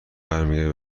برمیگرده